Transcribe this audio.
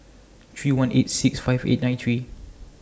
three one eight six five eight nine three